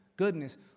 goodness